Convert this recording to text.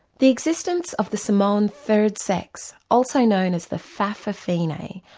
the existence of the samoan third sex also known as the fa'afafine,